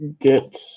get